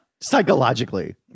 Psychologically